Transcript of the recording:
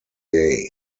gay